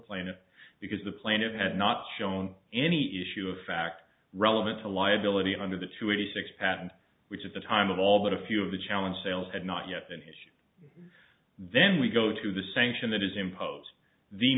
plaintiff because the planet had not shown any issue of fact relevant to liability under the two eighty six patent which is the time of all but a few of the challenge sales had not yet been issued then we go to the sanction that is imposed the